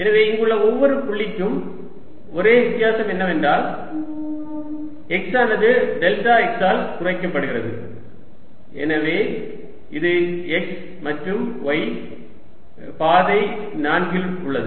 எனவே இங்குள்ள ஒவ்வொரு புள்ளிக்கும் ஒரே வித்தியாசம் என்னவென்றால் x ஆனது டெல்டா x ஆல் குறைக்கப்படுகிறது எனவே இது x மற்றும் y பாதை 4 இல் உள்ளது